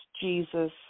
Jesus